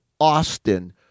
Austin